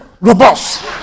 Robust